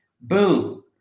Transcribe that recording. boom